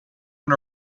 and